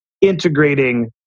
integrating